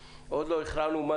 עוד לא הכרענו לגבי האישום הפלילי,